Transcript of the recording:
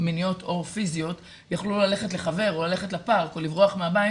מיניות או פיזיות יכלו ללכת לחבר או ללכת לפארק או לברוח מהבית,